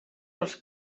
els